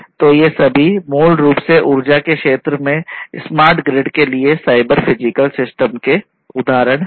तो ये सभी मूल रूप से ऊर्जा क्षेत्र में स्मार्ट ग्रिड के लिए साइबर फिजिकल सिस्टम के उदाहरण हैं